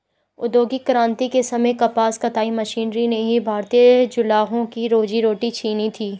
औद्योगिक क्रांति के समय कपास कताई मशीनरी ने ही भारतीय जुलाहों की रोजी रोटी छिनी थी